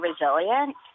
resilient